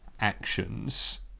actions